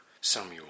Samuel